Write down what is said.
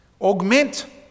augment